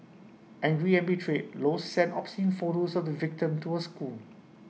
angry and betrayed low sent obscene photos of the victim to her school